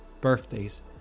birthdays